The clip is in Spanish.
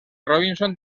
robinson